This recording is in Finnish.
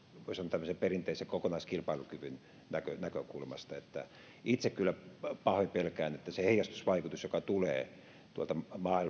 tämmöisen perinteisen kokonaiskilpailukyvyn näkökulmasta itse kyllä pahoin pelkään että se heijastusvaikutus joka tulee tuolta